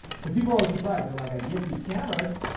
so people are always surprised. they're like, i get these cameras,